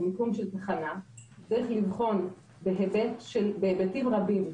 מיקום של תחנה צריך לבחון בהיבטים רבים,